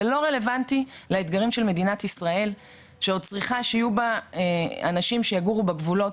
זה לא רלוונטי למדינת ישראל שעוד צריכה שיהיו בה אנשים שיגורו בגבולות,